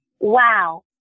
Wow